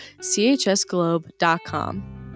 chsglobe.com